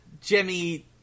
Jimmy